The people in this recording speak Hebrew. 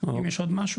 אם יש עוד משהו,